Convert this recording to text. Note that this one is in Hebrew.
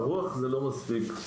הרוח זה לא מספיק,